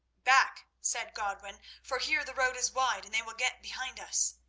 back! said godwin for here the road is wide and they will get behind us.